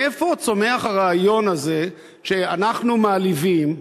מאיפה צומח הרעיון הזה שאנחנו מעליבים,